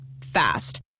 Fast